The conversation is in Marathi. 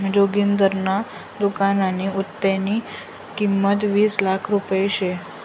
जोगिंदरना दुकाननी आत्तेनी किंमत वीस लाख रुपया शे